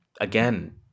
Again